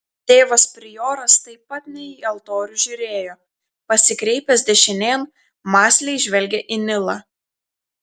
tėvas prioras taip pat ne į altorių žiūrėjo pasikreipęs dešinėn mąsliai žvelgė į nilą